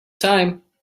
time